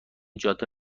جاده